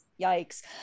yikes